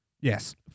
Yes